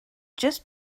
just